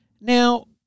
Now